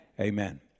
Amen